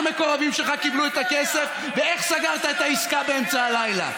איזה מקורבים שלך קיבלו את הכסף ואיך סגרת את העסקה באמצע הלילה?